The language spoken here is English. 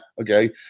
Okay